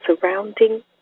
surrounding